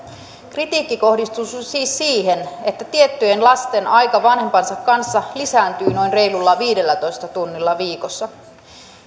kritiikki kohdistuu siis siihen että tiettyjen lasten aika vanhempansa kanssa lisääntyy noin reilulla viidellätoista tunnilla viikossa